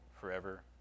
forever